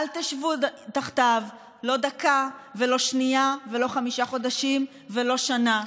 אל תשבו תחתיו לא דקה ולא שנייה ולא חמישה חודשים ולא שנה.